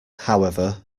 however